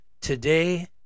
Today